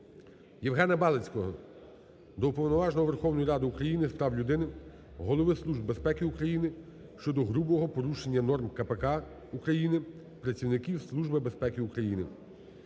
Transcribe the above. Євгена Балицького до Уповноваженого Верховної Ради України з прав людини, Голови Служби безпеки України щодо грубого порушення норми КПК України працівників Служби безпеки України.